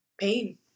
pain